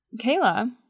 Kayla